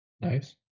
Nice